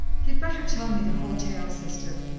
ye'd better tell me the whole tale, sister.